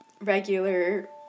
regular